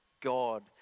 God